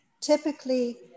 Typically